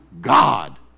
God